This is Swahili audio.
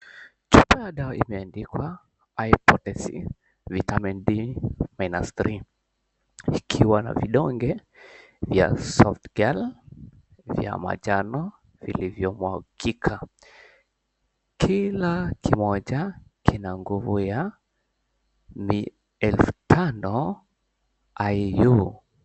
Chupa ya dawa imeandikwa 'High Potency, vitamin D-3' ikiwa na vidonge vya 'Soft Gel' vya majano vilivyomwagika. Kila kimoja kina nguvu ya elfu tano "IU".